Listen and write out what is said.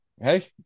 Hey